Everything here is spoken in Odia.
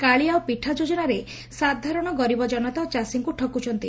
କାଳିଆ ଓ ପିଠା ଯୋଜନାରେ ସାଧାରଣ ଗରିବ ଜନତା ଓ ଚାଷୀଙ୍କୁ ଠକୁଛନ୍ତି